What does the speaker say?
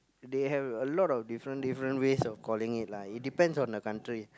they have a lot of different different ways of calling it lah it depends on the country